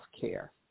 care